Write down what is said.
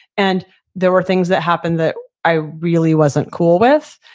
and there were things that happened that i really wasn't cool with.